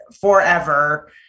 forever